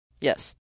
Yes